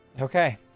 Okay